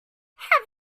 have